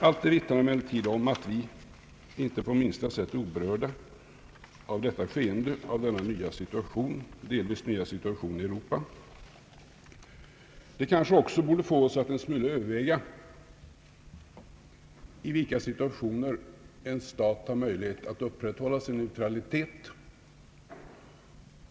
Allt detta vittnar emellertid om att vi inte på minsta sätt är oberörda av den delvis nya situationen i Europa. Det kanske också borde få oss att en smula överväga i vilka situationer en stat har möjlighet att upprätthålla sin neutralitet.